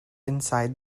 inside